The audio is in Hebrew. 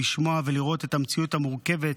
לשמוע ולראות את המציאות המורכבת,